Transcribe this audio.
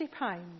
£50